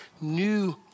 new